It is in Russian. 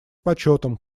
почетом